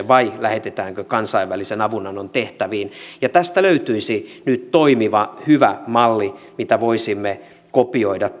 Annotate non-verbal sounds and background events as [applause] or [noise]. [unintelligible] vai lähetetäänkö kansainvälisen avunannon tehtäviin tästä löytyisi nyt toimiva hyvä malli mitä voisimme kopioida [unintelligible]